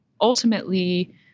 ultimately